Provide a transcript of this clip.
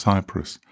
Cyprus